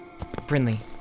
Brinley